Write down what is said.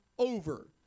over